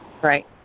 Right